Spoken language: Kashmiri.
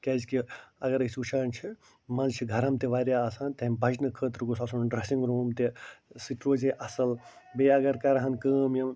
کیٛازِ کہِ اگر أسۍ وُچھان چھِ منٛز چھُ گَرٕم تہِ وارِیاہ آسان تمہِ بچنہٕ خٲطرٕ گوٚژھ آسُن ڈرٛیٚسِنٛگ روٗم تہِ سُہ تہِ روزِ ہے اصٕل بیٚیہِ اگر کرٕہان کٲم یِم